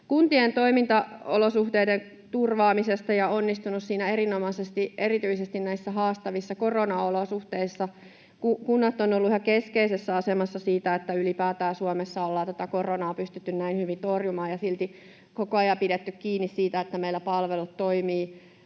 kuntien toimintaolosuhteiden turvaamisesta ja on onnistunut siinä erinomaisesti, erityisesti näissä haastavissa koronaolosuhteissa. Kunnat ovat olleet ihan keskeisessä asemassa siinä, että Suomessa ylipäätään ollaan tätä koronaa pystytty näin hyvin torjumaan ja silti koko ajan pidetty kiinni siitä, että meillä palvelut toimivat.